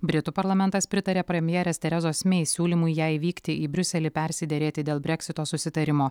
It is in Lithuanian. britų parlamentas pritarė premjerės terezos mei siūlymui jai vykti į briuselį persiderėti dėl breksito susitarimo